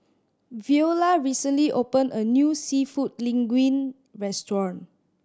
Viola recently opened a new Seafood Linguine Restaurant